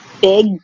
big